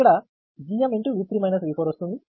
ఇక్కడ G వస్తుంది